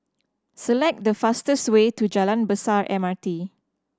select the fastest way to Jalan Besar M R T